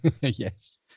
Yes